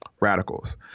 Radicals